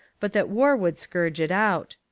but that war would scourge it out.